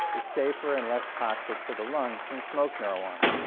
is safer and less toxic to the lungs than smoked marijuana,